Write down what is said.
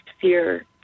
fear